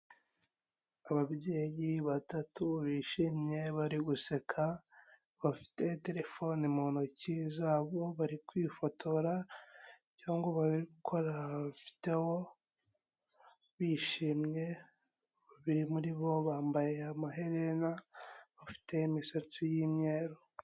Ababyeyi batatu bishimye bari guseka, bafite telefone mu ntoki zabo bari kwifotora cyangwa bari gukora videwo bishimye, babiri muri bo bambaye amaherena bafite imisatsi yimyeru.